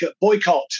boycott